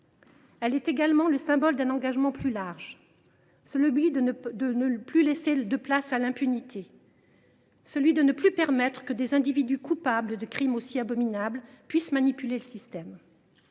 texte est également le symbole d’un engagement plus large : celui de ne plus laisser de place à l’impunité, de ne plus permettre que des individus coupables de crimes aussi abominables puissent manipuler le système.